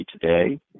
today